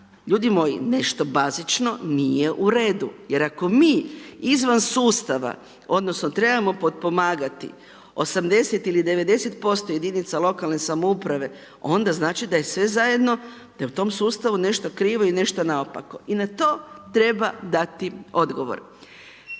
Ljudi moji, nešto bazično nije u redu. Jer ako mi izvan sustava, odnosno trebamo potpomagati 80 ili 90 posto jedinica lokalne samouprave, onda znači da je sve zajedno, da je u tom sustavu nešto krivo i nešto naopako i na to treba dati odgovor.